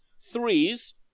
Threes